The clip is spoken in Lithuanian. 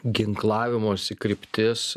ginklavimosi kryptis